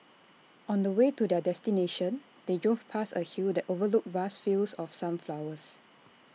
on the way to their destination they drove past A hill that overlooked vast fields of sunflowers